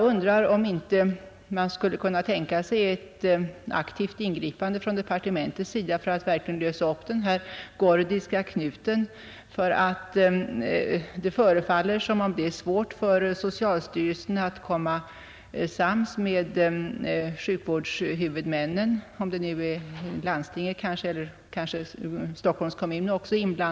Är det inte tänkbart med ett aktivt ingripande från departementets sida för att verkligen lösa upp denna gordiska knut? Det tycks vara svårt för socialstyrelsen att komma sams med sjukvårdens huvudmän — om det nu är landstinget eller Stockholms kommun.